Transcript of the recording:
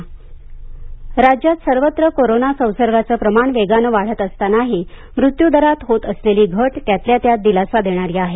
Covid आकडेवारी राज्यात सर्वत्र कोरोना संसर्गाचं प्रमाण वेगानं वाढत असतानाही मृत्यूदरात होत असलेली घट त्यातल्या त्यात दिलासा देणारी आहे